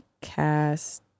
cast